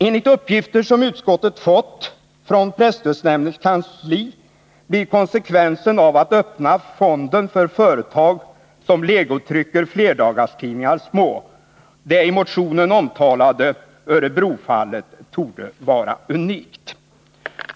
Enligt uppgifter som utskottet fått från presstödsnämndens kansli blir konsekvenserna av att öppna fonden för företag som legotrycker flerdagarstidningar små. Det i motionen omtalade Örebrofallet torde vara unikt.